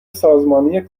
سازمانی